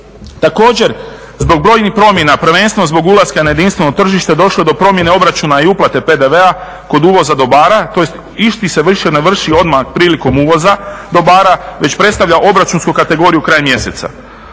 Također zbog brojnih promjena prvenstveno zbog ulaska na jedinstveno tržište došlo je do promjene obračuna i uplate PDV-a kod uvoza dobara. To jest isti se više ne vrši odmah prilikom uvoza dobara već predstavlja obračunsku kategoriju kraj mjeseca.